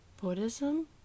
Buddhism